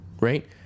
right